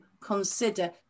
consider